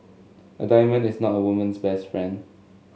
a diamond is not a woman's best friend